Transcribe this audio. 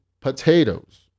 potatoes